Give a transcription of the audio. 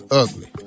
ugly